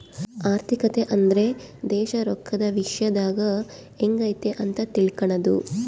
ಆರ್ಥಿಕತೆ ಅಂದ್ರೆ ದೇಶ ರೊಕ್ಕದ ವಿಶ್ಯದಾಗ ಎಂಗೈತೆ ಅಂತ ತಿಳ್ಕನದು